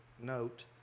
note